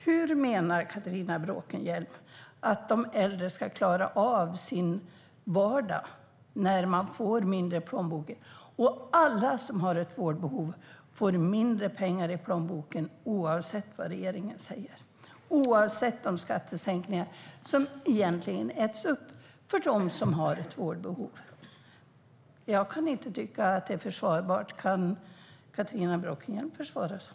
Hur menar Catharina Bråkenhielm att de äldre ska klara av sin vardag när de får mindre i plånboken? Och alla som har ett vårdbehov får mindre pengar i plånboken, oavsett vad regeringen säger, oavsett de skattesänkningar som egentligen äts upp för dem som har ett vårdbehov. Jag kan inte tycka att detta är försvarbart. Kan Catharina Bråkenhielm försvara det?